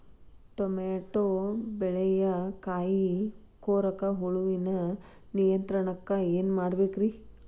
Tomato ಬೆಳೆಯ ಕಾಯಿ ಕೊರಕ ಹುಳುವಿನ ನಿಯಂತ್ರಣಕ್ಕ ಏನ್ ಮಾಡಬೇಕ್ರಿ?